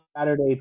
Saturday